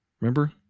Remember